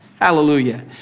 Hallelujah